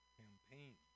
campaign